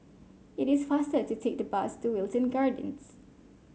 it is faster to take the bus to Wilton Gardens